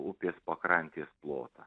upės pakrantės plotą